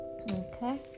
okay